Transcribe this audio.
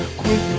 quit